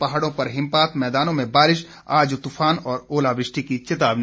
पहाड़ों पर हिमपात मैदानों में बारिश आज तूफान और ओलावृष्टि की चेतावनी